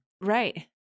Right